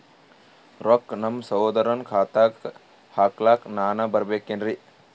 ರೊಕ್ಕ ನಮ್ಮಸಹೋದರನ ಖಾತಾಕ್ಕ ಹಾಕ್ಲಕ ನಾನಾ ಬರಬೇಕೆನ್ರೀ?